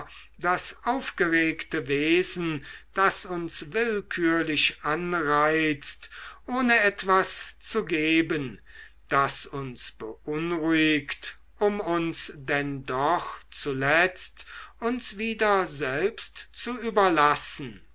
das aufgeregte wesen das uns willkürlich anreizt ohne etwas zu geben das uns beunruhigt um uns denn doch zuletzt uns wieder selbst zu überlassen